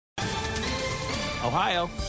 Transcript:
Ohio